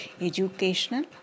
educational